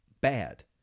bad